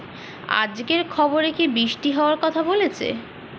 আজকের খবরে কি বৃষ্টি হওয়ায় কথা বলেছে?